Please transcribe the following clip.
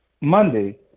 Monday